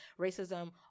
racism